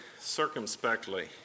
circumspectly